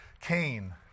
Cain